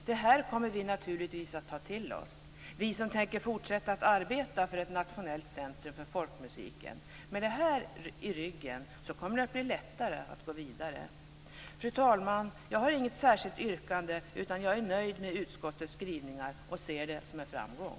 Det här kommer vi som tänker fortsätta att arbeta för ett nationellt centrum för folkmusiken naturligtvis att ta till oss. Med detta i ryggen kommer det att bli lättare att gå vidare. Fru talman! Jag har inget särskilt yrkande, utan jag är nöjd med utskottets skrivningar och ser dem som en framgång.